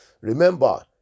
Remember